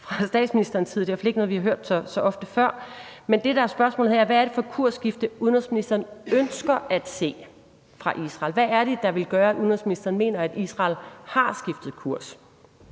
fra statsministerens side; det er i hvert fald ikke noget, vi har hørt så ofte før. Men det, der er spørgsmålet her, er: Hvad er det for et kursskifte, udenrigsministeren ønsker at se, fra Israels side? Hvad er det, der vil gøre, at udenrigsministeren mener, at Israel har skiftet kurs?